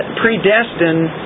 predestined